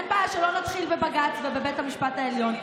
אין בעיה שלא נתחיל בבג"ץ ובבית המשפט העליון.